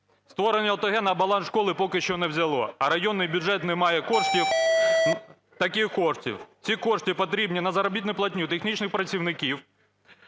Створенна ОТГ на баланс школи поки що не взяло, а районний бюджет не має коштів, таких коштів. Ці кошти потрібні на заробітну платню технічних працівників,